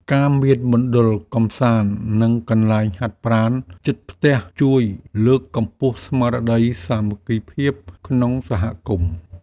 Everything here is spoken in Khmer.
ការមានមណ្ឌលកម្សាន្តនិងកន្លែងហាត់ប្រាណជិតផ្ទះជួយលើកកម្ពស់ស្មារតីសាមគ្គីភាពក្នុងសហគមន៍។